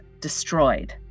destroyed